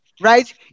Right